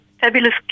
fabulous